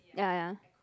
ya ya